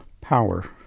Power